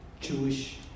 Jewish